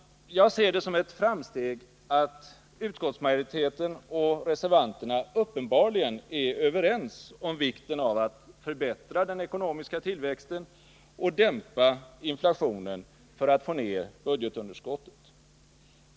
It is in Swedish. Jag ser det som ett framsteg att utskottsmajoriteten och reservanterna uppenbarligen är överens om vikten av att höja den ekonomiska tillväxten och därmed dämpa inflationen för att minska budgetunderskottet.